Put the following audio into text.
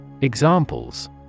Examples